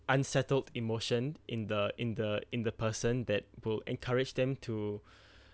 unsettled emotion in the in the in the person that will encourage them to